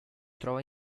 trova